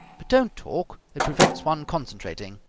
but don't talk. it prevents one concentrating.